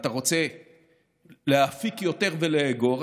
ואתה רוצה להפיק יותר ולאגור,